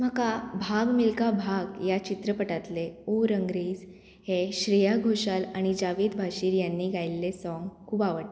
म्हाका भाग मिल्का भाग ह्या चित्रपटांतले ओ रंगरेज हे श्रेया घोशाल आनी जावेद भाशीर हांनी गायिल्ले सोंग खूब आवडटा